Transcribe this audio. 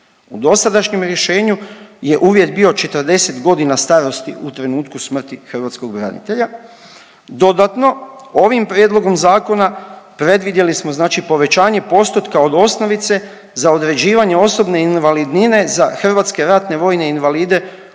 U dosadašnjem rješenju je uvjet bio 40 godina starosti u trenutku smrti hrvatskog branitelja. Dodatno, ovim prijedlogom zakona predvidjeli smo povećanje postotka od osnovice za određivanje osobne invalidnine za HRVI od 6. do 10. skupine